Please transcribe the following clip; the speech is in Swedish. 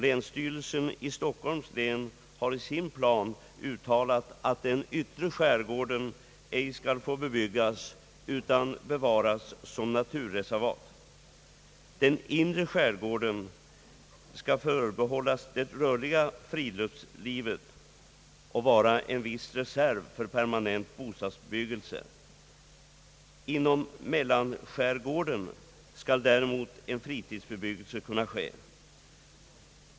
Länsstyrelsen i Stockholms län har i sin plan uttalat, att den yttre skärgården ej skall få bebyggas utan skall bevaras som naturreservat. Den inre skärgården skall förbehållas det rörliga friluftslivet och vara en viss reserv för permanent bostadsbebyggelse. Inom mellanskärgården skall däremot fritidsbebyggelse kunna ske.